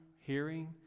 hearing